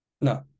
No